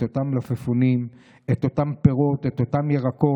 את אותם מלפפונים, את אותם פירות, אותם ירקות,